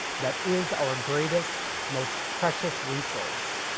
that is our greatest, most precious resource.